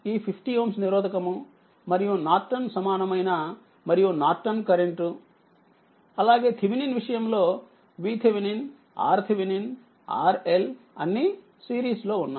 ఈ 50Ω నిరోధకము మరియు నార్టన్ సమానమైన మరియు నార్టన్కరెంట్ అలాగే థీవెనిన్ విషయంలో Vథీవెనిన్ Rథీవెనిన్ RLఅన్నిసిరీస్ లో ఉన్నాయి